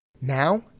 Now